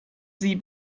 sie